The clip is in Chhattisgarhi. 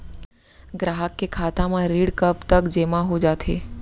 ग्राहक के खाता म ऋण कब तक जेमा हो जाथे?